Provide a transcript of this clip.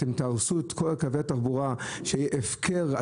אתם תהרסו את כל קווי התחבורה, יהיה הפקר.